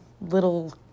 little